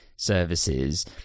services